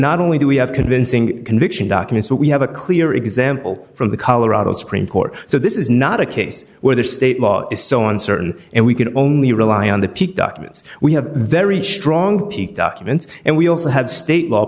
not only do we have convincing conviction documents but we have a clear example from the colorado supreme court so this is not a case where the state law is so uncertain and we can only rely on the peak documents we have very strong documents and we also have state law